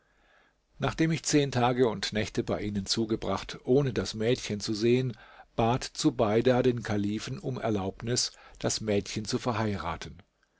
nachdem ich zehn tage und nächte bei ihnen zugebracht ohne das mädchen zu sehen bat zubeida den kalifen um erlaubnis das mädchen zu verheiraten